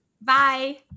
Bye